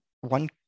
One